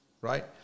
right